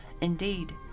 Indeed